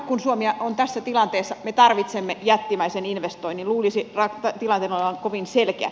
kun suomi on tässä tilanteessa me tarvitsemme jättimäisen investoinnin luulisi tilanteen olevan kovin selkeä